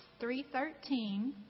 3.13